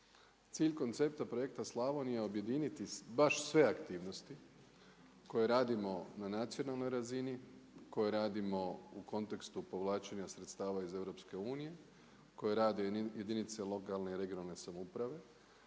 Cilj koncepta projekta Slavonija je objediniti baš sve aktivnosti koje radimo na nacionalnoj razini, koja radimo u kontekstu povlačenja sredstava iz EU, koja rade i jedinice lokalne i regionalne samouprave,